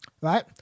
Right